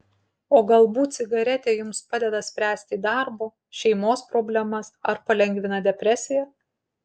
o galbūt cigaretė jums padeda spręsti darbo šeimos problemas ar palengvina depresiją